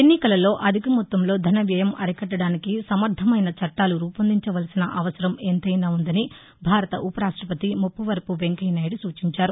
ఎన్నికలలో అధిక మొత్తంలో ధన వ్యయం అరికట్టడానికి సమర్టమైన చట్టాలు రూపొందించవలసిన అవసరం ఎంతైన వుందని భారత ఉపరాష్టపతి ముప్పవరపు వెంకయ్య నాయుడు సూచించారు